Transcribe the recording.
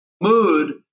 mood